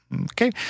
Okay